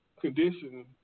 condition